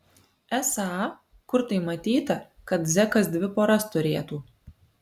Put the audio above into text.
esą kur tai matyta kad zekas dvi poras turėtų